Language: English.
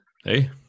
Hey